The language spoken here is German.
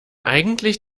eigentlich